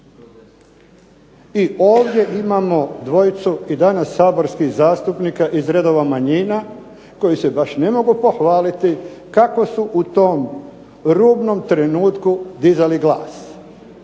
I ovdje imamo dvojicu i danas saborskih zastupnika iz redova manjina koji se baš ne mogu pohvaliti kako su u tom rubnom trenutku dizali glas.